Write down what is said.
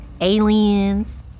aliens